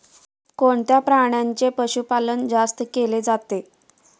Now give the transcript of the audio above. कोणत्या प्राण्याचे पशुपालन जास्त केले जाते?